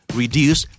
reduce